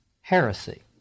heresy